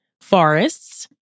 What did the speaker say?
forests